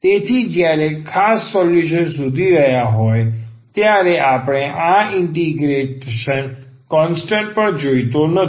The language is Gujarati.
તેથી જ્યારે ખાસ સોલ્યુશન શોધી રહ્યા હોય ત્યારે આપણે આ ઇન્ટીગ્રેશન કોન્સ્ટન્ટ પણ જોઈતો નથી